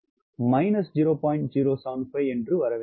075 minus வர வேண்டும்